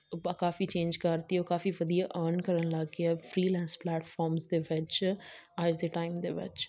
ਉਹ ਬਾ ਕਾਫੀ ਚੇਂਜ ਕਰਤੀ ਉਹ ਕਾਫੀ ਵਧੀਆ ਅਰਨ ਕਰਨ ਲੱਗ ਗਏ ਆ ਫਰੀਲਾਂਸ ਪਲੈਟਫਾਰਮਸ ਦੇ ਵਿੱਚ ਅੱਜ ਦੇ ਟਾਈਮ ਦੇ ਵਿੱਚ